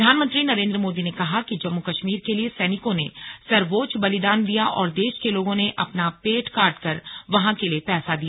प्रधानमंत्री नरेंद्र मोदी ने कहा कि जम्मू कश्मीर के लिए सैनिकों ने सर्वोच्च बलिदान दिया और देश के लोगों ने अपना पेट काटकर वहां के लिए पैसा दिया